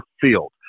field